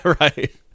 Right